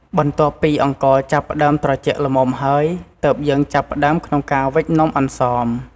បន្ទាប់ពីអង្ករចាប់ផ្តើមត្រជាក់ល្មមហើយ ទើបយើងចាប់ផ្តើមក្នុងការវេចនំអន្សម។